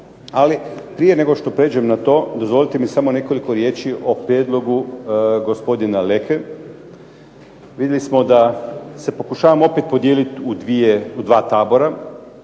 Ali prije nego što prijeđem na to, dozvolite mi samo nekoliko riječi o prijedlogu gospodina Leke. Vidjeli smo da se pokušavamo opet podijeliti u dvije,